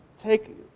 take